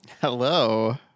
Hello